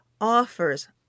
offers